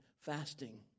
fasting